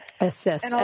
assist